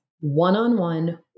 one-on-one